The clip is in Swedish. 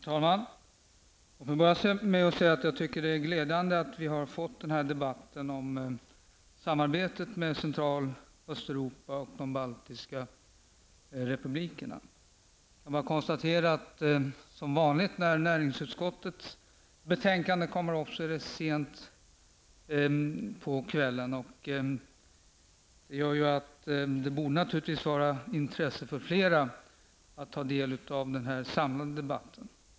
Herr talman! Jag vill börja med att säga att jag tycker att det är glädjande att vi har fått denna debatt om samarbete med Central och Östeuropa och de baltiska republikerna. Som vanligt när näringsutskottets betänkanden kommer upp är det sent på kvällen. Det borde naturligtvis vara av intresse för fler att ta del av denna samlade debatt.